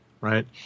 right